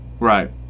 Right